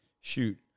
Shoot